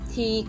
Thì